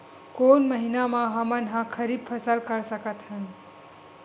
कोन महिना म हमन ह खरीफ फसल कर सकत हन?